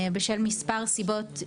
בשל כמה סיבות,